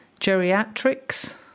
geriatrics